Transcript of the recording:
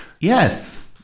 Yes